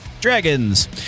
Dragons